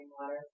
water